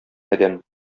адәм